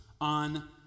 on